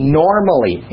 normally